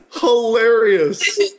Hilarious